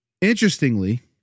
Interestingly